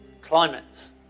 climates